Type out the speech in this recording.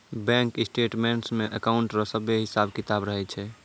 bank statements मे account रो सभे हिसाब किताब रहै छै